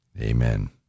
amen